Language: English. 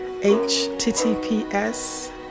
HTTPS